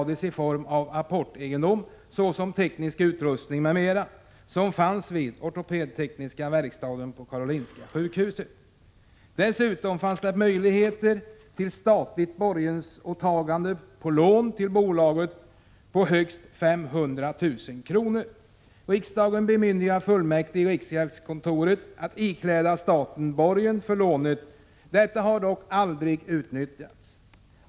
Dessutom fanns det möjligheter till statligt borgensåtagande på lån till bolaget på högst 500 000 kr. Riksdagen bemyndigade fullmäktige i riksgäldskontoret att ikläda staten borgen för lånet. Detta har dock aldrig utnyttjats.